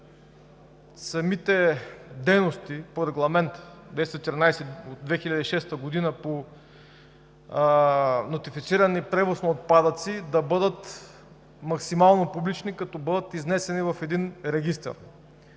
а именно самите дейности по Регламент № 213 от 2006 г. по нотифициране и пренос на отпадъци да бъдат максимално публични като бъдат изнесени в един регистър.